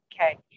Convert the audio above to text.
Okay